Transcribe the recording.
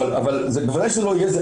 אבל בוודאי שזה לא יהיה,